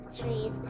trees